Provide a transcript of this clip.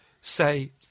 say